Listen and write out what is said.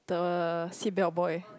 the seat belt boy